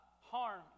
harm